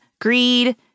greed